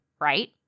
right